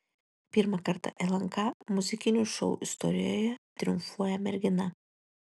pirmą kartą lnk muzikinių šou istorijoje triumfuoja mergina